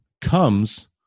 comes